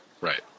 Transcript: Right